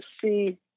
see